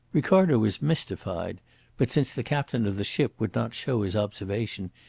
ricardo was mystified but since the captain of the ship would not show his observation,